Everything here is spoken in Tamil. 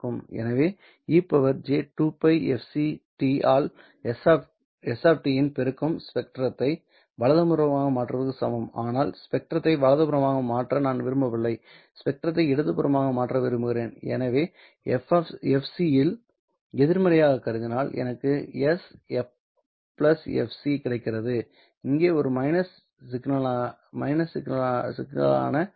எனவே e j2πfct ஆல் s இன் பெருக்கம் ஸ்பெக்ட்ரத்தை வலதுபுறமாக மாற்றுவதற்கு சமம் ஆனால் ஸ்பெக்ட்ரத்தை வலதுபுறமாக மாற்ற நான் விரும்பவில்லை ஸ்பெக்ட்ரத்தை இடதுபுறமாக மாற்ற விரும்புகிறேன் எனவே fc ஐ எதிர்மறையாகக் கருதினால் எனக்கு s f fc கிடைக்கிறது இது இங்கே ஒரு மைனஸ் சிக்னலாக இருக்கும்